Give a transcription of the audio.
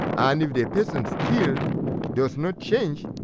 and if the person still does not change,